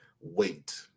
wait